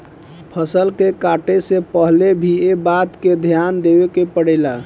फसल के काटे से पहिले भी एह बात के ध्यान देवे के पड़ेला